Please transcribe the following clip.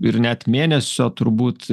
ir net mėnesio turbūt